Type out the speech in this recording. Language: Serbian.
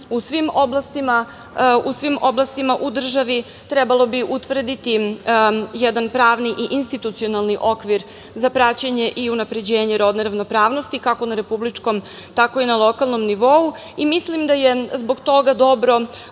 U svim oblastima u državi trebalo bi utvrditi jedan pravni i institucionalni okvir za praćenje i unapređenje rodne ravnopravnosti, kako na republičkom, tako i na lokalnom nivou i mislim da je zbog toga dobro